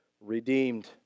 Redeemed